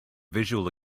visual